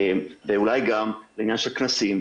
אולי גם עניין של כנסים.